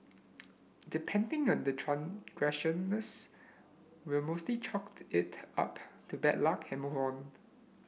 depending on the transgressions we mostly chalk it up to bad luck and move on